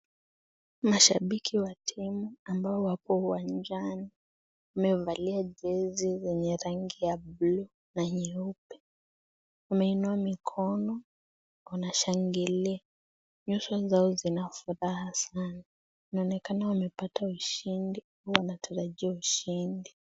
Mashabiki wa timu ambao wako uwanjani, wamevalia jezi lenye rangi ya bluu na nyeupe. Wameinua mikono, wanashangilia. Nyuso zao zina furaha sana. Inaonekana wamepata ushindi au wanatarajia ushindi.